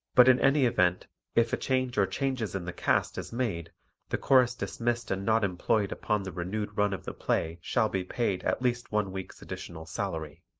but in any event if a change or changes in the cast is made the chorus dismissed and not employed upon the renewed run of the play shall be paid at least one week's additional salary.